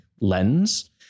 lens